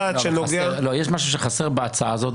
יש משהו שחסר בהצעה הזאת,